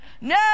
No